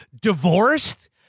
divorced